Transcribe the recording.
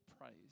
praise